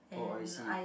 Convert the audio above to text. oh I see